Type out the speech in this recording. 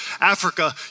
Africa